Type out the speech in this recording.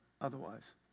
otherwise